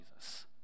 Jesus